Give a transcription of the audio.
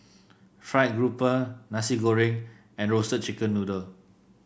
fried grouper Nasi Goreng and Roasted Chicken Noodle